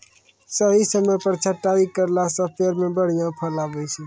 सही समय पर छंटाई करला सॅ पेड़ मॅ बढ़िया फल आबै छै